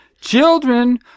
Children